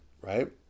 right